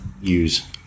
use